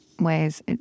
ways